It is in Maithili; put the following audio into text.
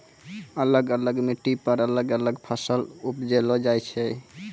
अलग अलग मिट्टी पर अलग अलग फसल उपजैलो जाय छै